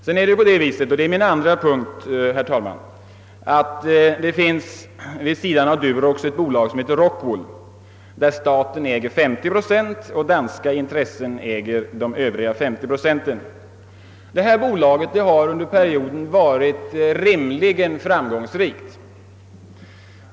Sedan är det så och det är min andra punkt — att det vid sidan om Durox finns ett bolag som heter Rockwool, där staten äger 50 procent och danska intressen de övriga 50. Det bolaget har under perioden varit rimligt framgångsrikt.